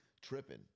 tripping